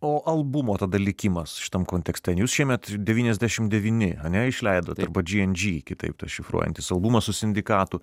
o albumo tada likimas šitam kontekste jūs šiemet devyniasdešim devyni ane išleidot arba džy en džy kitaip tas šifruojantis albumas su sindikatu